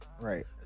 Right